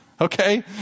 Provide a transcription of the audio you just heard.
Okay